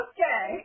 Okay